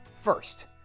First